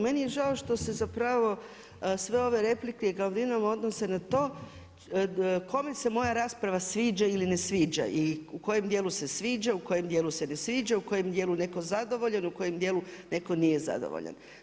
Meni je žao što se zapravo sve ove replike glavninom odnose na to kome se moja rasprava sviđa ili ne sviđa i u kojem dijelu se sviđa, u kojem dijelu se ne sviđa, u kojem dijelu je netko zadovoljan, u kojem dijelu netko nije zadovoljan.